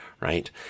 right